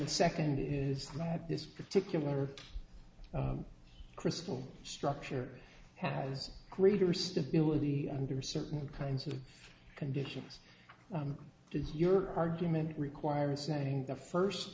the second is that this particular crystal structure has greater stability under certain kinds of conditions does your argument require a saying the first